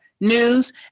news